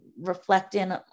reflecting